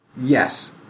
Yes